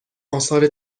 آثار